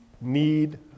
need